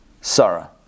Sarah